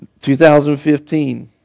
2015